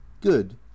Good